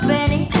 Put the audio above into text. Benny